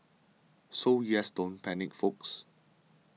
so yes don't panic folks